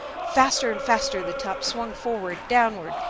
faster and faster the top swung forward, downward.